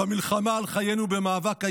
במלחמה על חיינו במאבק ההישרדות.